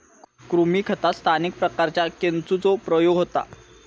कृमी खतात स्थानिक प्रकारांच्या केंचुचो प्रयोग होता